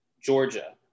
Georgia